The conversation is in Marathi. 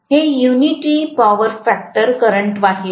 हे युनिटी पॉवर फॅक्टर करंट वाहिल